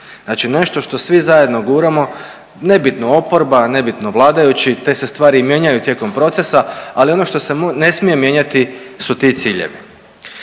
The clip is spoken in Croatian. Znači, nešto što svi zajedno guramo nebitno oporba, nebitno vladajući te se stvari mijenjaju tijekom procesa. Ali ono što se ne smije mijenjati su ti ciljevi.